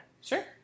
Sure